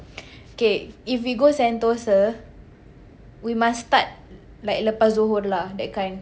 okay if we go Sentosa we must start like lepas zohor lah that kind